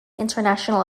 international